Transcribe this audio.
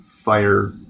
fire